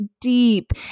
deep